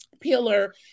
pillar